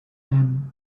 and